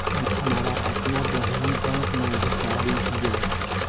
हमार आपन बहिनीई बैक में अधिकारी हिअ